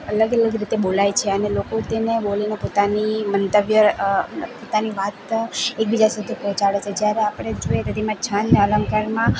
અલગ અલગ રીતે બોલાય છે અને લોકો તેને બોલીને પોતાની મંતવ્ય પોતાની વાત એકબીજા સાથે પહોંચાડે જ્યારે આપણે જોઈએ તો તેમાં છંદ અને અલંકારમાં